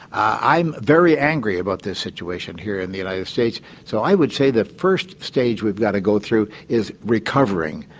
i'm very angry about this situation here in the united states so i would say the first stage we've got to go through is recovering.